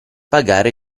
pagare